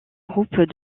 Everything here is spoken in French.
groupes